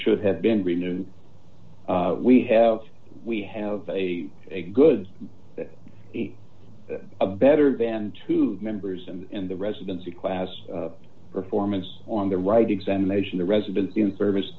should have been renewed we have we have a good a better than two members and in the residency class performance on the right examination the resident in service